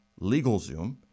LegalZoom